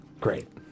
Great